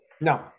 No